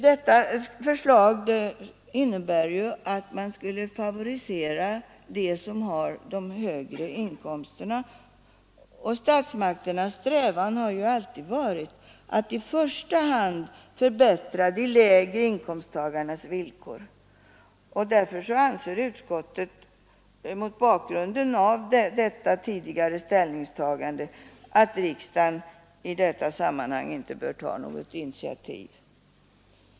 Detta förslag innebär att man skulle favorisera dem som har de högre inkomsterna medan statsmakternas strävan ju alltid har varit att i första hand förbättra de lägre inkomsttagarnas villkor. Mot bakgrunden av denna tidigare inställning anser utskottet att riksdagen inte bör ta något sådant initiativ i detta sammanhang.